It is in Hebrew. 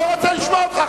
לא רוצה לשמוע אותך,